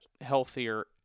healthier